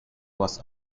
was